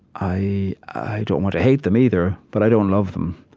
i i don't want to hate them, either, but i don't love them.